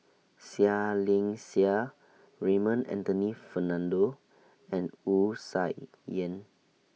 Seah Liang Seah Raymond Anthony Fernando and Wu Tsai Yen